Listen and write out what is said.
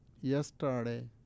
yesterday